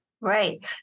right